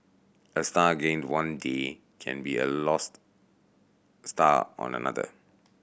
a star gained one day can be a lost star on another